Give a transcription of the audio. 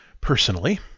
personally